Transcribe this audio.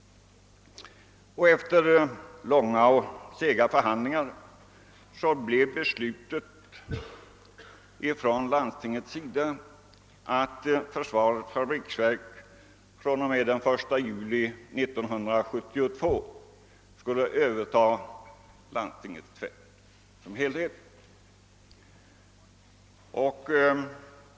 Efter långa och sega förhandlingar blev landstingets beslut att försvarets fabriksverk från och med den 1 juli 1972 helt skulle överta landstingets tvätt.